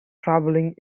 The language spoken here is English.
traveling